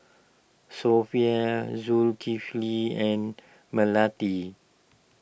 Sofea Zulkifli and Melati